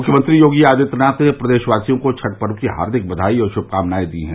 मुख्यमंत्री योगी आदित्यनाथ ने प्रदेशवासियों को छठ पर्व की हार्दिक बघाई और श्मकामनाएं दी हैं